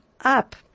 up